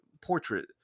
portrait